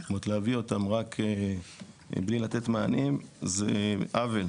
ולהביא אותם רק בלי לתת מענה זה עוול.